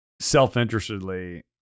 self-interestedly